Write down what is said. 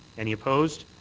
any opposed.